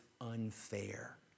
unfair